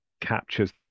captures